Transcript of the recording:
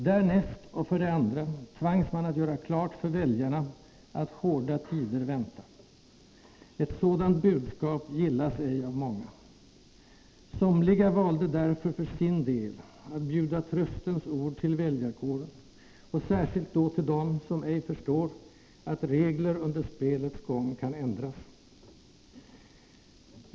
— Därnäst, och för det andra, tvangs man göra klart för väljarna att hårda tider väntar. Ett sådant budskap gillas ej av många. Somliga valde därför för sin del att bjuda tröstens ord till väljarkåren och särskilt då till dem som ej förstår att regler under spelets gång kan ändras.